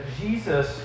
Jesus